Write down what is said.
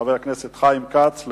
חבר הכנסת חיים כץ,